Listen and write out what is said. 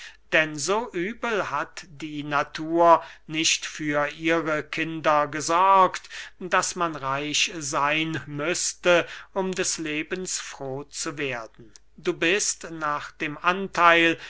denn so übel hat die natur nicht für ihre kinder gesorgt daß man reich seyn müßte um des lebens froh zu werden du bist nach dem antheil